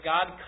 God